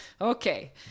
Okay